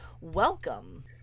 welcome